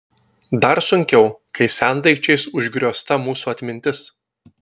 dar sunkiau kai sendaikčiais užgriozta mūsų atmintis